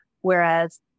Whereas